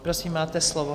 Prosím, máte slovo.